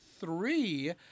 three